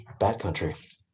backcountry